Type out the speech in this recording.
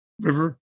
River